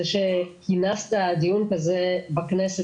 זה שכינסת דיון כזה בכנסת,